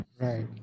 Right